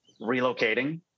relocating